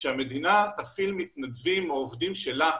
המדינה תשים מתנדבים או עובדים שלה.